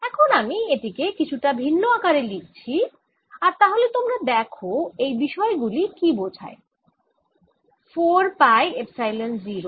এখন আমি এটিকে কিছুটা ভিন্ন আকারে লিখছি আর তাহলে তোমরা দেখ যে এই বিষয় গুলি কী বোঝায় 4 পাই এপসাইলন 0